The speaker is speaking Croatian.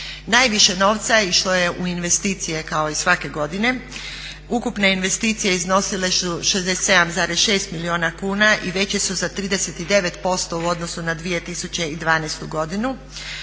Najviše novca išlo je u investicije kao i svake godine. Ukupne investicije iznosile su 67,6 milijuna kuna i veće su za 39% u odnosu na 2012. godinu.